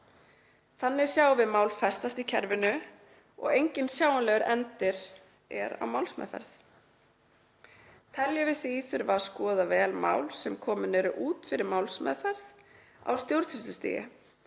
Þannig sjáum við mál festast í kerfinu og engin sjáanlegur endir er á málsmeðferð. Teljum við því þurfa að skoða vel mál sem komin eru út fyrir málsmeðferð á stjórnsýslustigi